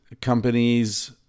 companies